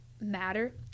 matter